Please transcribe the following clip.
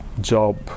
job